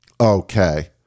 okay